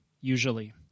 Usually